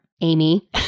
Amy